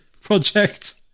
project